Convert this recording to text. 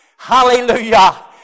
Hallelujah